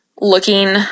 looking